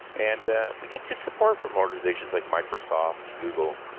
and we get good support from organizations like microsoft and google,